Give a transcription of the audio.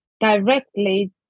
directly